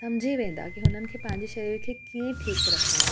सम्झी वेंदा कि हुननि खे पंहिंजे शरीर खे कीअं ठीकु रखणो आहे